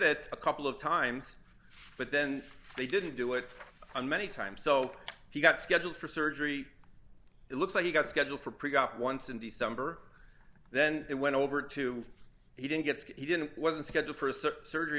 it a couple of times but then they didn't do it on many time so he got scheduled for surgery it looks like he got scheduled for pre op once in december then it went over to he didn't get skipped he didn't wasn't scheduled for surgery